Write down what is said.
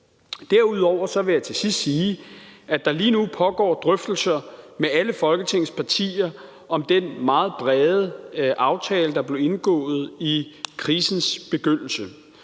Derudover vil jeg til sidst sige, at der lige nu pågår drøftelser med alle Folketingets partier om den meget brede aftale, der blev indgået i krisens begyndelse.